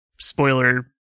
spoiler